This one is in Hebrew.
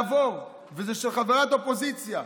לעבור, וזה של חברת אופוזיציה.